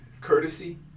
courtesy